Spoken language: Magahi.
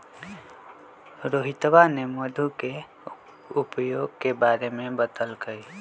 रोहितवा ने मधु के उपयोग के बारे में बतल कई